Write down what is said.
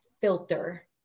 filter